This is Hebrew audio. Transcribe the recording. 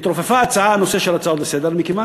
התרופף הנושא של הצעות לסדר-היום מכיוון